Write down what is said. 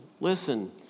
listen